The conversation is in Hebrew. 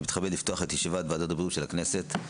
מתכבד לפתוח את ישיבת ועדת הבריאות של הכנסת.